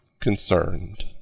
concerned